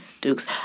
Dukes